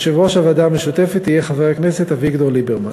יושב-ראש הוועדה המשותפת יהיה חבר הכנסת אביגדור ליברמן.